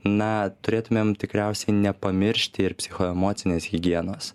na turėtumėm tikriausiai nepamiršti ir psichoemocinės higienos